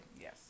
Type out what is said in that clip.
Yes